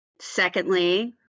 Secondly